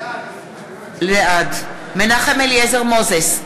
בעד מנחם אליעזר מוזס,